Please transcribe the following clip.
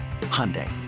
Hyundai